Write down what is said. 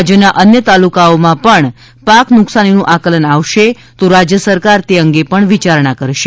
રાજ્યના અન્ય તાલુકાઓમાં પણ પાક નુકસાનીનું આકલન આવશે તો રાજ્ય સરકાર તે અંગે પણ વિચારણા કરશે